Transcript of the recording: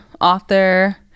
author